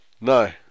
No